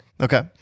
Okay